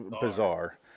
bizarre